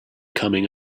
coming